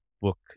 book